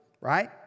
right